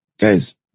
Guys